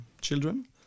children